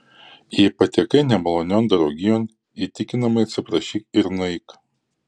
jei patekai nemalonion draugijon įtikinamai atsiprašyk ir nueik